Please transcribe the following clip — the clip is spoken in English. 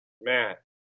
Matt